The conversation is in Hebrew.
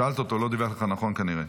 שאלת אותו והוא לא דיווח לך נכון כנראה.